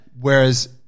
Whereas